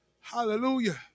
Hallelujah